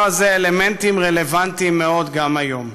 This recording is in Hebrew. הזה אלמנטים רלוונטיים מאוד גם היום.